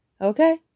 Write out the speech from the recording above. okay